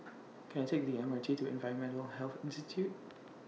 Can I Take The M R T to Environmental Health Institute